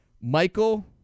Michael